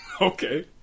Okay